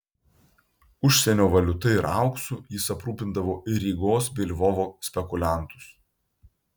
užsienio valiuta ir auksu jis aprūpindavo ir rygos bei lvovo spekuliantus